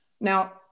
Now